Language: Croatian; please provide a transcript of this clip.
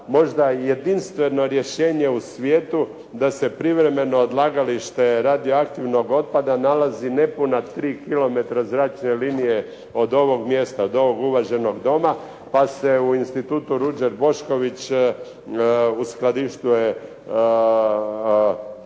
možda i jedinstveno rješenje u svijetu da se privremeno odlagalište radioaktivnog otpada nalazi nepuna 3 km zračne linije od ovog mjesta, od ovog uvaženog Doma, pa se u Institutu "Ruđer Bošković" uskladištuje